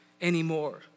anymore